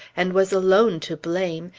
and was alone to blame,